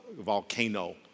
volcano